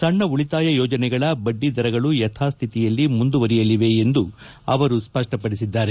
ಸಣ್ಣ ಉಳಿತಾಯ ಯೋಜನೆಗಳ ಬಡ್ಡಿ ದರಗಳು ಯಥಾಸ್ವಿತಿಯಲ್ಲಿ ಮುಂದುವರಿಯಲಿವೆ ಎಂದು ಅವರು ಸ್ವಷ್ಪಪಡಿಸಿದ್ದಾರೆ